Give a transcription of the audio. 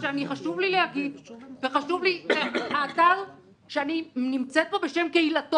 אני מניח שבספריות ובארכיונים השונים הנושא הזה נמצא על סדר היום.